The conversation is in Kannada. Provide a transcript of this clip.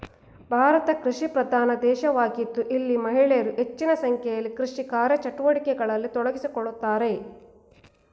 ಭಾರತ ಕೃಷಿಪ್ರಧಾನ ದೇಶವಾಗಿದ್ದು ಇಲ್ಲಿ ಮಹಿಳೆಯರು ಹೆಚ್ಚಿನ ಸಂಖ್ಯೆಯಲ್ಲಿ ಕೃಷಿ ಕಾರ್ಯಚಟುವಟಿಕೆಗಳಲ್ಲಿ ತೊಡಗಿಸಿಕೊಳ್ಳುತ್ತಾರೆ